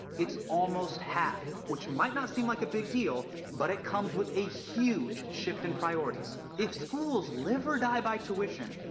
it's almost half. which might not seem like a big deal, but it comes with a huge shift in priorities. if schools live or die by tuition,